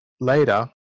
later